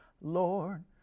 Lord